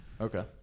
Okay